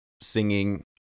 singing